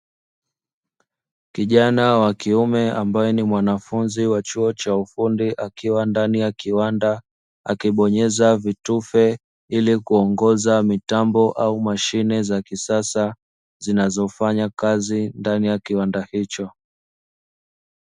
Kijana wa kiume ambaye ni mwanafunzi wa chuo cha ufundi akiwa ndani ya kiwanda, akibonyeza vitufe ili kuongoza mitambo au mashine za kisasa, zinazofanya kazi ndani ya kiwanda hicho.